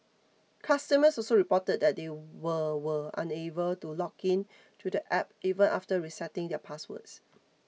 customers also reported that they were were unable to log in to the app even after resetting their passwords